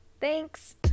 Thanks